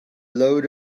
load